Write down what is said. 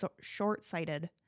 short-sighted